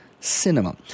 cinema